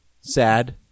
sad